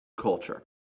culture